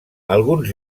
alguns